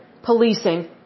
Policing